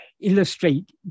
illustrate